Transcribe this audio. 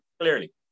clearly